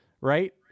Right